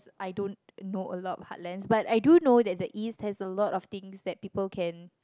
I don't know a lot of heartlands but I do know that the east has a lot of things that people can